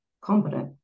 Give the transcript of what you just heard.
competent